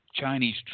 Chinese